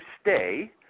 stay